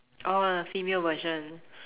oh female version